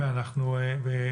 תודה.